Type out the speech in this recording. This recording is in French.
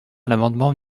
l’amendement